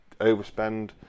overspend